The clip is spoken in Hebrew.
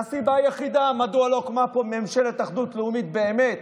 זו הסיבה היחידה לכך שלא הוקמה פה ממשלת אחדות לאומית באמת,